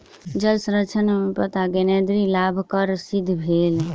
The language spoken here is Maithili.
जल संरक्षण में पत्ता ज्ञानेंद्री लाभकर सिद्ध भेल